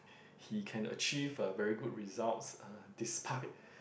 he can achieve uh very good results uh despite